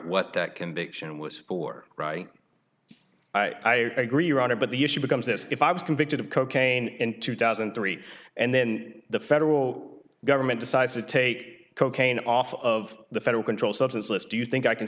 what that conviction was for right i agree your honor but the issue becomes this if i was convicted of cocaine in two thousand and three and then the federal government decides to take cocaine off of the federal control substanceless do you think i can